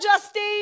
Justine